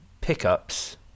pickups